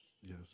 Yes